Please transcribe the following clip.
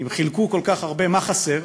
אם חילקו כל כך הרבה, מה חסר?